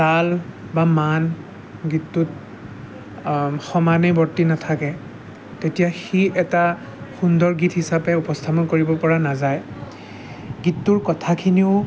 তাল বা মান গীতটোত সমানে বৰ্তি নাথাকে তেতিয়া সি এটা সুন্দৰভাৱে গীত হিচাপে উপস্থাপন কৰিব পৰা নাযায় গীতটোৰ কথাখিনিও